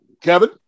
Kevin